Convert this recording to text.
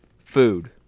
food